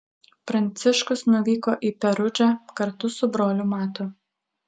pranciškus nuvyko į perudžą kartu su broliu matu